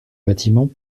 bâtiment